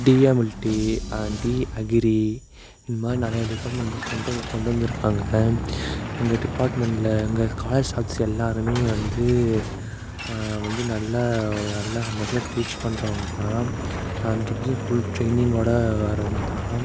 DMLT D agri இதுமாதிரி நிறையா department கொண்ட் கொண்டு வந்திருக்காங்க எங்கள் டிபார்ட்மெண்ட்டில் எங்கள் காலேஜ் ஸ்டாஃப்ஸ் எல்லாருமே வந்து வந்து நல்லா டீச் பண்றவங்கனா ஹன்ரெட் ப்ரசென்ட் ஃபுல் ட்ரெயினிங்கோடு வர்றவங்கதான்